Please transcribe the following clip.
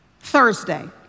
Thursday